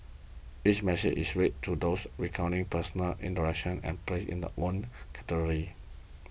each message is read to those recounting personal interactions are placed in their own category